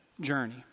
journey